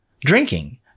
drinking